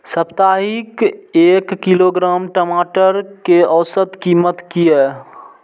साप्ताहिक एक किलोग्राम टमाटर कै औसत कीमत किए?